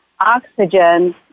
oxygen